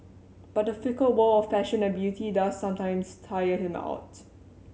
but the fickle world of fashion and beauty does sometimes tire him out